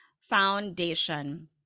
Foundation